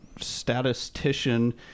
statistician